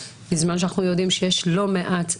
בזמן שאנחנו יודעים שיש לא מעט גברים,